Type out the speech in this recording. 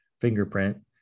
fingerprint